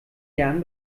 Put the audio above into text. jahren